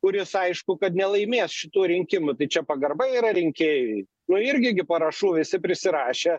kuris aišku kad nelaimės šitų rinkimų tai čia pagarba yra rinkėjui nu irgi gi parašų visi prisirašę